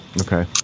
Okay